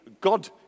God